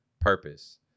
Purpose